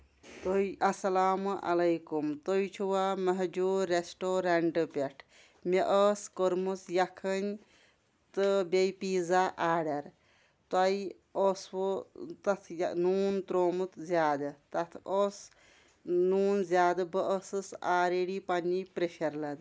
تُہۍ اسلام علیکُم تُہۍ چھِوٕ مہجوٗر ریسٹورنٹ پٮ۪ٹھ مےٚ ٲس کٔرمٕژ یَخٕنۍ تہٕ بیٚیہِ پِیٖزا آرڈر تۄہہِ اوسوٕ تَتھ نوٗن تروومُت زیادٕ تَتھ اوس نوٗن زیادٕ بہٕ ٲسٕس آلریڈی پَنٕنی پریشر لد